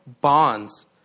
bonds